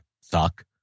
suck